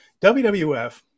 WWF